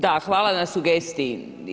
Da, hvala na sugestiji.